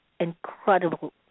incredible